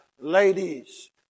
ladies